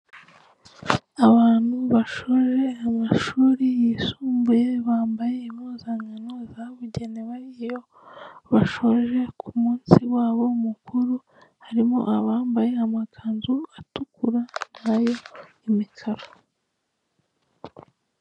Abantu bashoje amashuri yisumbuye bambaye impuzankano zabugenewe iyo bashoje ku munsi wabo mukuru, harimo abambaye amakanzu atukura nayo imikarara.